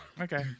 Okay